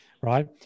right